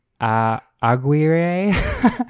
Aguirre